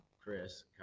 Chris